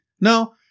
No